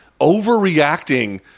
overreacting